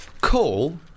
Call